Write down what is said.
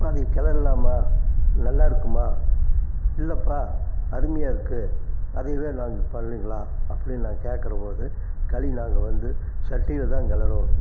அதை கிளர்லாமா நல்லா இருக்குமா இல்லப்பா அருமையாக இருக்கு அதை வேணாலும் பண்ணிக்கலாம் அப்படின் நான் கேட்கறபோது களி நாங்கள் வந்து சட்டியில தான் கிளருவோம்